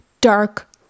dark